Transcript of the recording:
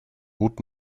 would